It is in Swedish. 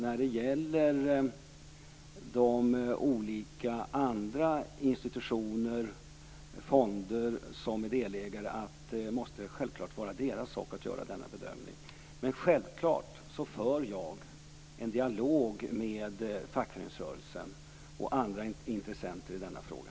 När det gäller de olika andra institutioner och fonder som är delägare måste det självklart vara deras sak att göra denna bedömning. Men självklart för jag en dialog med fackföreningsrörelsen och andra intressenter i denna fråga.